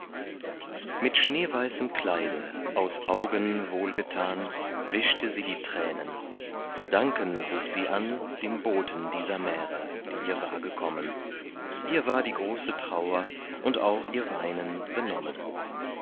mit schneeweißem kleide aus augen wohlgetan wischte sie die tränen zu danken hub sie an dem boten dieser märe die ihr war gekommen ihr war die große trauer und auch ihr weinen benommen